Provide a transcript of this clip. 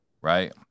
right